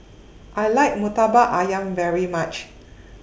I like Murtabak Ayam very much